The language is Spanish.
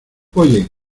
oye